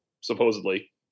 supposedly